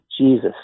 Jesus